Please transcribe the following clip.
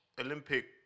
Olympic